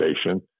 station